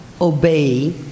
obey